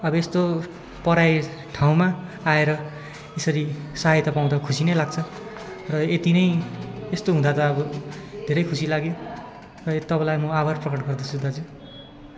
अब यस्तो पराय ठाउँमा आएर यसरी सहायता पाउँदा खुसी नै लाग्छ र यति नै यस्तो हुँदा त अब धेरै खुसी लाग्यो र यो तपाईँलाई म आभार प्रकट गर्दछु दाजु